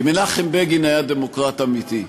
כי מנחם בגין היה דמוקרט אמיתי.